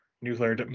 nuclear